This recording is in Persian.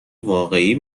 واقعی